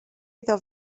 iddo